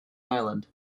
island